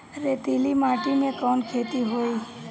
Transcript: रेतीली माटी में कवन खेती होई?